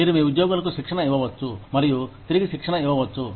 మీరు మీ ఉద్యోగులకు శిక్షణ ఇవ్వవచ్చు మరియు తిరిగి శిక్షణ ఇవ్వవచ్చు